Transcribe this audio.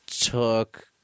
Took